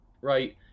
right